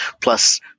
plus